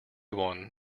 one